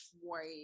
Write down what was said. white